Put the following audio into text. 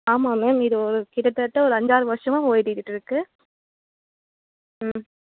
ஆமாம் மேம் இது ஒரு கிட்டத்தட்ட ஒரு அஞ்சாறு வருஷமா ஓடிக்கிட்டு இருக்குது ம்